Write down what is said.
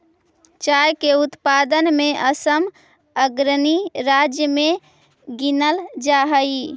चाय के उत्पादन में असम अग्रणी राज्य में गिनल जा हई